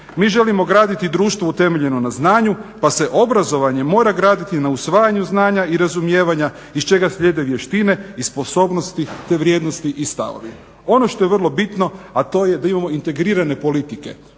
Mi želimo graditi društvo utemeljeno na znanju pa se obrazovanje mora graditi na usvajanju znanja i razumijevanja iz čega slijede vještine i sposobnosti te vrijednosti i stavovi. Ono što je vrlo bitno a to je da imamo integrirane politike,